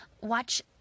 watch